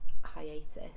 hiatus